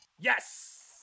Yes